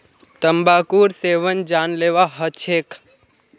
तंबाकूर सेवन जानलेवा ह छेक